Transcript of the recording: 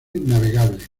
navegable